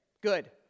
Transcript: good